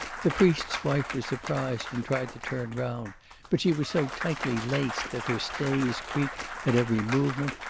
the priest's wife was surprised, and tried to turn round but she was so tightly laced that her stays creaked at every movement,